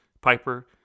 Piper